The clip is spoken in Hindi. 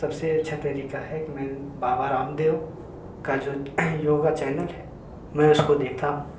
सबसे अच्छा तरीका है कि मैं बाबा रामदेव का जो योग चैनल है मैं उसको देखता हूँ